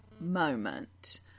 moment